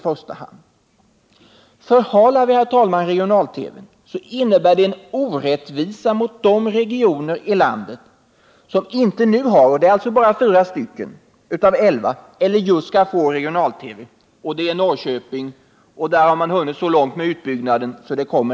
Förhalar vi regional-TV:s utbyggnad så innebär det en orättvisa mot de regioner i landet som inte har eller som just skall få regional-TV, dvs. en orättvisa mot alla regioner utom fem.